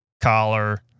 collar